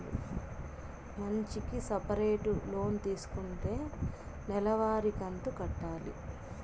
మంచికి సపరేటుగా లోన్ తీసుకుంటే నెల వారి కంతు కట్టాలి